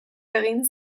egin